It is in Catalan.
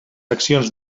accions